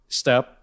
step